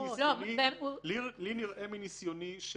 מניסיוני,